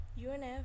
UNF